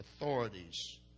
authorities